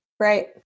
Right